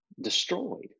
destroyed